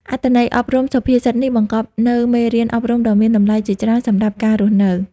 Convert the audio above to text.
អត្ថន័យអប់រំសុភាសិតនេះបង្កប់នូវមេរៀនអប់រំដ៏មានតម្លៃជាច្រើនសម្រាប់ការរស់នៅ